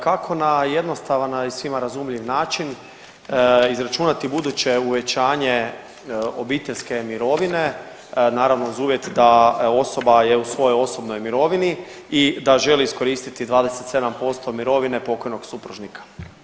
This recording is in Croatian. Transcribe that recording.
Kako na jednostavan, a i svima razumljiv način izračunati buduće uvećanje obiteljske mirovine, naravno uz uvjet da je osoba je u svojoj osobnoj mirovini i da želi iskoristiti 27% mirovine pokojnog supružnika?